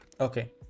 Okay